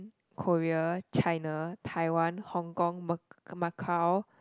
Korea China Taiwan Hong-Kong ma~ Macau